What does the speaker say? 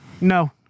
no